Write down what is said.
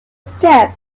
steps